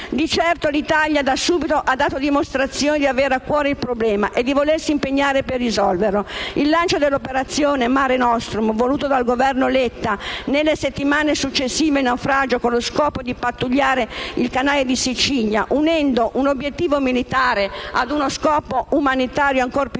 Di certo l'Italia, da subito, ha dato dimostrazione di avere a cuore il problema e di volersi impegnare per risolverlo. Lo dimostra il lancio dell'operazione Mare nostrum, voluta dal Governo Letta nelle settimane successive il naufragio, con lo scopo di pattugliare il canale di Sicilia, unendo un obiettivo militare ad uno scopo umanitario ancora più nobile,